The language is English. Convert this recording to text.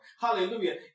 hallelujah